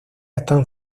están